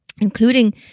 including